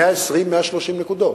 120 130 נקודות,